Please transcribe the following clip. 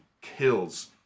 kills